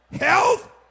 health